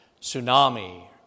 Tsunami